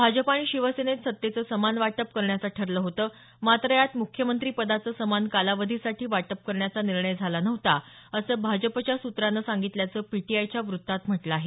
भाजप आणि शिवसेनेत सत्तेचं समान वाटपं करण्याचं ठरलं होतं मात्र यात मुख्यमंत्री पदाचं समान कालावधीसाठी वाटप करण्याचा निर्णय झाला नव्हता असं भाजपच्या सूत्रानं सांगितल्याचं पीटीआयच्या वृत्तात म्हटलं आहे